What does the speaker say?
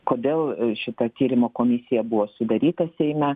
kodėl šita tyrimo komisija buvo sudaryta seime